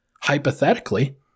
Hypothetically